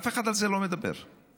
אף אחד לא מדבר על זה.